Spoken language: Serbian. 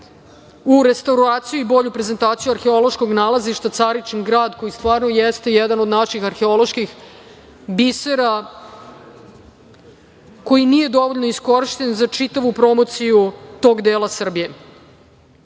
u restauraciju i bolju prezentaciju arheološkog nalazišta Caričin grad koji stvarno jeste jedan od naših arheoloških bisera koji nije dovoljno iskorišćen za čitavu promociju tog dela